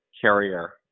carrier